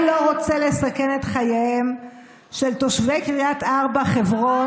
הוא בוודאי לא רוצה לסכן את חייהם של תושבי קריית ארבע-חברון.